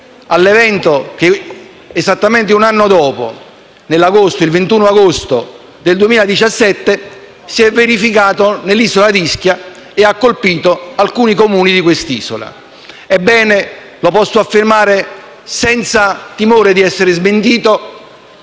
all'evento che, esattamente un anno dopo, il 21 agosto 2017, si è verificato nell'isola di Ischia e ha colpito alcuni Comuni di quest'isola. Ebbene, posso affermare senza timore di essere smentito